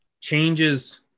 changes